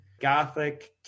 gothic